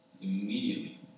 immediately